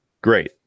Great